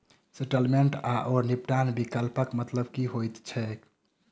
Settlement आओर निपटान विकल्पक मतलब की होइत छैक?